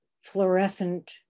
fluorescent